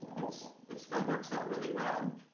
it's it still works out really well